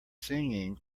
singing